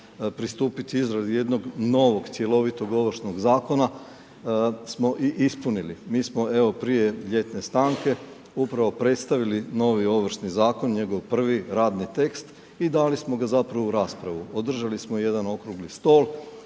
pristupiti izradi jednog novog cjelovitog Ovršnog zakona, smo i ispunili. Mi smo evo, prije ljetne stanke upravo predstavili novi Ovršni zakon, njegov prvi radni tekst i dali smo ga zapravo u raspravu. Održali smo jedan okrugli stol